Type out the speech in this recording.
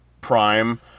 Prime